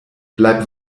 bleib